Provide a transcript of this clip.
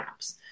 apps